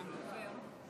יושב-ראש הישיבה,